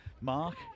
Mark